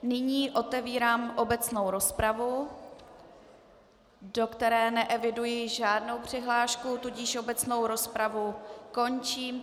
Nyní otevírám obecnou rozpravu, do které neeviduji žádnou přihlášku, tudíž obecnou rozpravu končím.